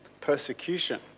persecution